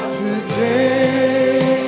today